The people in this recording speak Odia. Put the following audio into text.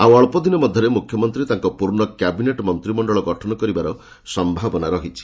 ଆଉ ଅଳ୍ପଦିନ ମଧ୍ୟରେ ମୁଖ୍ୟମନ୍ତ୍ରୀ ତାଙ୍କର ପୂର୍ଣ୍ଣ କ୍ୟାବିନେଟ୍ ମନ୍ତ୍ରିମଣ୍ଡଳ ଗଠନ କରିବାର ସମ୍ଭାବନା ରହିଛି